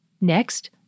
Next